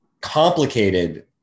complicated